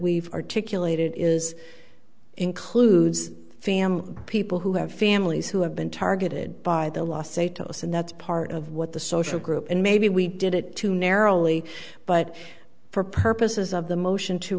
we've articulated is includes family people who have families who have been targeted by the law say to us and that's part of what the social group and maybe we did it too narrowly but for purposes of the motion to